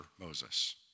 Moses